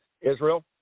Israel